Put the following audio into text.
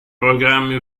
programmi